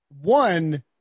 one –